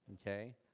Okay